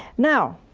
now,